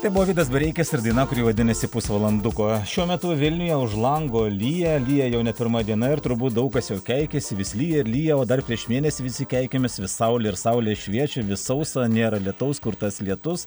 tai buvo vidas bareikis ir daina kuri vadinasi pusvalanduko šiuo metu vilniuje už lango lyja lyja jau ne pirma diena ir turbūt daug kas jau keikiasi vis lyja ir lyja o dar prieš mėnesį visi keikėmės vis saulė ir saulė šviečia vis sausa nėra lietaus kur tas lietus